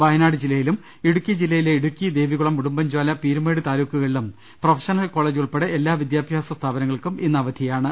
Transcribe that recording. വയനാട് ജില്ലയിലും ഇടുക്കി ജില്ലയിലെ ഇടുക്കി ദേവികുളം ഉടുമ്പൻചോല പീരുമേട് താലൂക്കുകളിലും പ്രൊഫഷണൽ കോളജ് ഉൾപ്പെടെ എല്ലാ വിദ്യാഭ്യാസ സ്ഥാപന്ങൾക്കും ഇന്ന് അവധിയാ ണ്